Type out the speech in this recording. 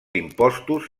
impostos